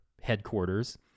headquarters